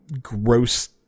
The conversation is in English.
gross